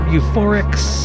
Euphorics